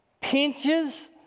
pinches